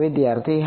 વિદ્યાર્થી હા